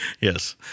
Yes